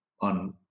on